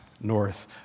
north